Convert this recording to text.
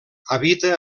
habita